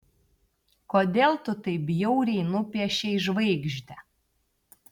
kodėl tu taip bjauriai nupiešei žvaigždę